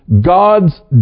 God's